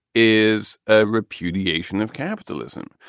is a repudiation of capitalism.